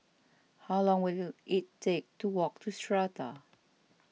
how long will it take to walk to Strata